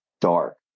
dark